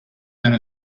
and